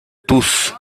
tous